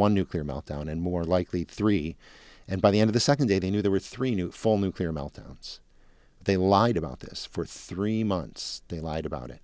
one nuclear meltdown and more likely three and by the end of the second day they knew there were three new full nuclear meltdown they lied about this for three months they lied about it